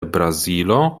brazilo